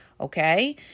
Okay